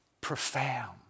profound